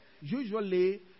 usually